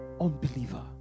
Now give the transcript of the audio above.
unbeliever